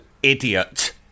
idiot